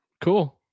Cool